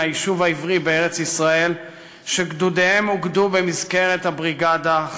היישוב העברי בארץ-ישראל שגדודיהם אוגדו במסגרת הבריגדה,